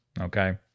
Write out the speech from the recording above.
Okay